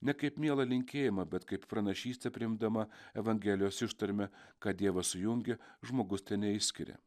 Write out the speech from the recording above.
ne kaip mielą linkėjimą bet kaip pranašystę priimdama evangelijos ištarmę ką dievas sujungė žmogus teneišskiria